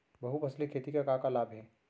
बहुफसली खेती के का का लाभ हे?